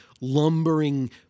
lumbering